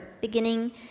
beginning